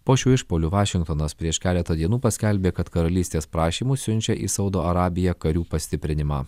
po šių išpuolių vašingtonas prieš keletą dienų paskelbė kad karalystės prašymu siunčia į saudo arabiją karių pastiprinimą